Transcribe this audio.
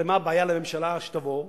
הרי מה הבעיה לממשלה שתבוא,